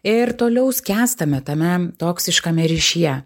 ir toliau skęstame tame toksiškame ryšyje